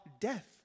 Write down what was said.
death